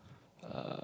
uh